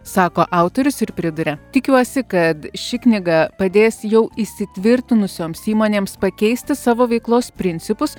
sako autorius ir priduria tikiuosi kad ši knyga padės jau įsitvirtinusioms įmonėms pakeisti savo veiklos principus